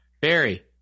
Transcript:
Barry